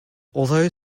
although